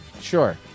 Sure